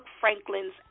franklin's